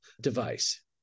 device